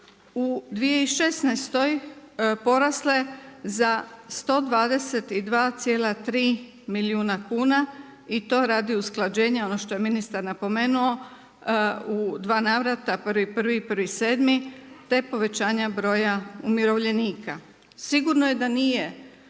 u 2016. porasle za 122,3 milijuna kuna i to radi usklađenja, ono što je ministar napomenuo u dva navrata, 1.1 i 1.7., te povećanja broja umirovljenika. Sigurno je da nije